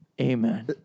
Amen